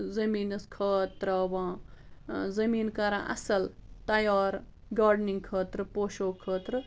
زٔمیٖنس کھاد ترٛاوان زٔمیٖن کَران اَصٕل تیار گاڈنِنٛگ خٲطرٕ پوشو خٲطرٕ